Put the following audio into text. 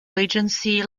regency